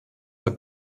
der